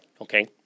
Okay